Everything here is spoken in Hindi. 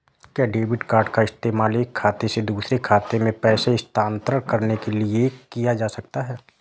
क्या डेबिट कार्ड का इस्तेमाल एक खाते से दूसरे खाते में पैसे स्थानांतरण करने के लिए किया जा सकता है?